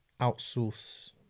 outsource